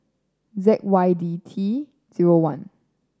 Z Y D T zero one